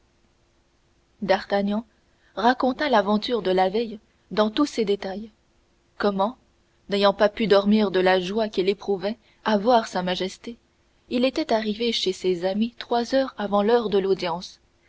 d'artagnan raconta l'aventure de la veille dans tous ses détails comment n'ayant pas pu dormir de la joie qu'il éprouvait à voir sa majesté il était arrivé chez ses amis trois heures avant l'heure de l'audience